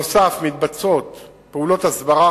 נוסף על כך מתבצעות פעולות הסברה,